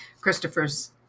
christopher's